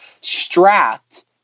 strapped